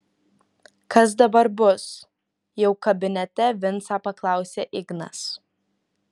kas dabar bus jau kabinete vincą paklausė ignas